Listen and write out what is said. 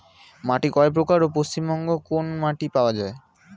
মাটি কয় প্রকার ও পশ্চিমবঙ্গ কোন মাটি পাওয়া য়ায়?